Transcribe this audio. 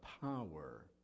power